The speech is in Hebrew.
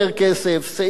סעיף קטן (ג)